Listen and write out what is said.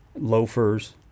loafers